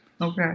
Okay